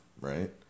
right